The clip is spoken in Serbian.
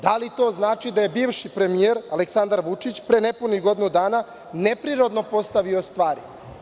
Da li to znači da je bivši premijer Aleksandar Vučić pre nepunih godinu dana neprirodno postavio stvari?